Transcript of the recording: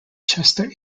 chester